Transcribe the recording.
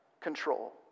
control